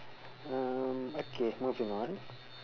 uh okay moving on